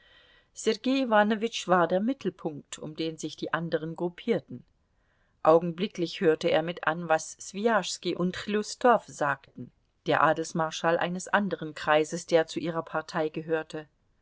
war der mittelpunkt um den sich die andern gruppierten augenblicklich hörte er mit an was swijaschski und chljustow sagten der adelsmarschall eines anderen kreises der zu ihrer partei gehörte